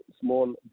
small